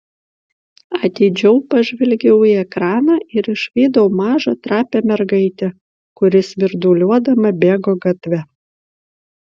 atidžiau pažvelgiau į ekraną ir išvydau mažą trapią mergaitę kuri svirduliuodama bėgo gatve